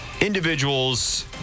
individuals